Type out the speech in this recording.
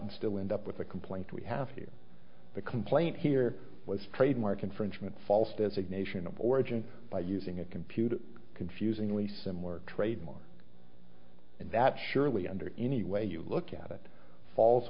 and still end up with a complaint we have here the complaint here was trademark infringement false designation of origin by using a computer confusingly similar trademark and that surely under any way you look at it falls